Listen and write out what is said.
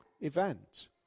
event